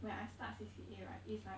when I start C_C_A right is like